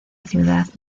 ciudad